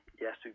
yes